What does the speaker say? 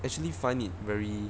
actually find it very